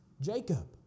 Jacob